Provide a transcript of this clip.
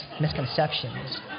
misconceptions